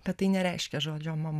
bet tai nereiškia žodžio mama